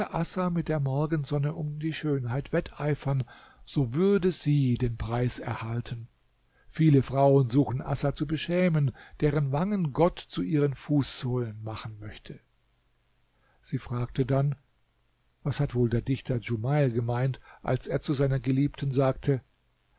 mit der morgensonne um die schönheit wetteifern so würde sie den preis erhalten viele frauen suchen assa zu beschämen deren wangen gott zu ihren fußsohlen machen möchte sie fragte dann was hat wohl der dichter djumeil gemeint als er zu seiner geliebten sagte